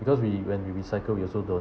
because we when we recycle we also don't